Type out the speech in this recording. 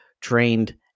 trained